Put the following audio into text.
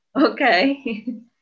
Okay